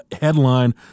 Headline